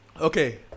Okay